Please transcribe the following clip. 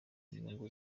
nyungu